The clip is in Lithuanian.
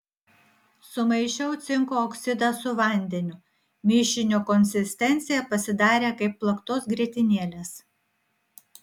sumaišiau cinko oksidą su vandeniu mišinio konsistencija pasidarė kaip plaktos grietinėlės